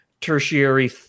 tertiary